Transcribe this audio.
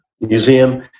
museum